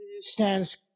stands